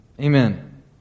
Amen